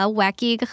wacky